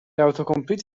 autocomplete